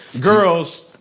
Girls